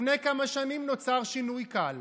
לפני כמה שנים נוצר שינוי קל.